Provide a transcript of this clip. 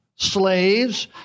Slaves